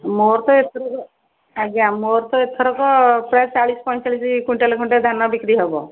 ମୋର ତ ଏଥରକ ଆଜ୍ଞା ମୋର ତ ଏଥରକ ପ୍ରାୟ ଚାଳିଶ୍ ପଇଁଚାଳିଶ କୁଇଣ୍ଟାଲ୍ ଖଣ୍ଡେ ଧାନ ବିକ୍ରି ହବ